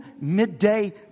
midday